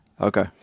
okay